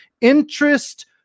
interest